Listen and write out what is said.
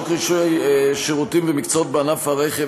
חוק רישוי שירותים ומקצועות בענף הרכב,